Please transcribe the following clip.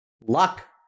Luck